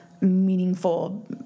meaningful